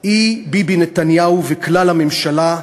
היא ביבי נתניהו וכלל הממשלה,